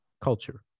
culture